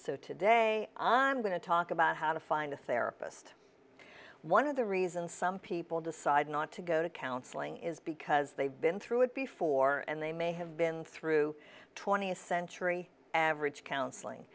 so today i'm going to talk about how to find a therapist one of the reasons some people decide not to go to counseling is because they've been through it before and they may have been through twentieth century average counseling